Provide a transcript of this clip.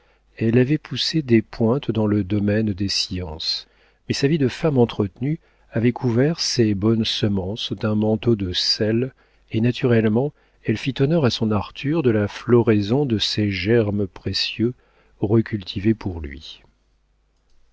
elle avait poussé des pointes dans le domaine des sciences mais sa vie de femme entretenue avait couvert ces bonnes semences d'un manteau de sel et naturellement elle fit honneur à son arthur de la floraison de ces germes précieux recultivés pour lui